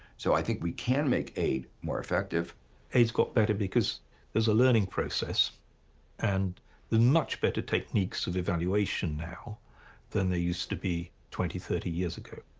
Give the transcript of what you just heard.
so i think we can make aid more effective aids got better because there's a learning process and there's much better techniques of evaluation now than they used to be twenty, thirty years ago.